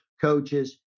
coaches